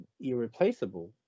irreplaceable